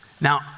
Now